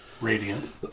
Radiant